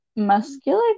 Muscular